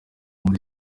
muri